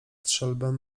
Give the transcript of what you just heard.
strzelbę